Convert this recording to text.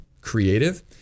creative